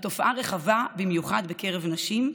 התופעה רחבה במיוחד בקרב נשים,